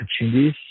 opportunities